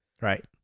Right